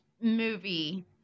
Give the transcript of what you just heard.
movie